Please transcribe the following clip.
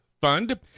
fund